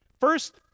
First